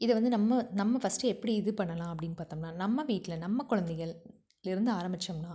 இதை வந்து நம்ம நம்ம ஃபஸ்ட்டு எப்படி இது பண்ணலாம் அப்படின்னு பார்த்தோம்னா நம்ம வீட்டில் நம்ம குழந்தைகள்லிருந்து ஆரம்பித்தோம்னா